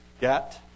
Get